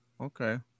Okay